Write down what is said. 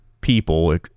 people